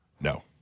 No